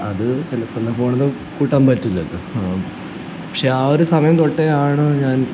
അത് എൻ്റെ സ്വന്തം ഫോണിലും കൂട്ടാൻ പറ്റില്ലല്ലോ പക്ഷേ ആ ഒരു സമയം തൊട്ടേ ആണ് ഞാൻ